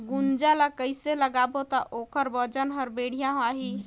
गुनजा ला कइसे लगाबो ता ओकर वजन हर बेडिया आही?